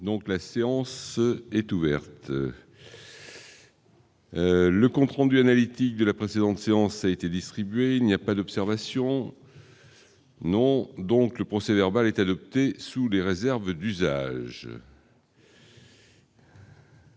Donc, la séance est ouverte. Le compte rendu analytique de la précédente séance a été distribué, il n'y a pas d'observation non donc le procès verbal est adoptée sous les réserves d'usage.